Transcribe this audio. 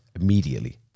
immediately